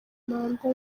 manda